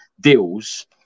deals